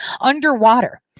underwater